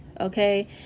okay